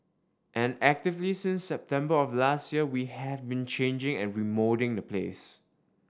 and actively since September of last year we have been changing and remoulding the place